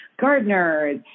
Gardeners